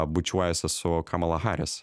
bučiuojasi su kamala harris